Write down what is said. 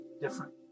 different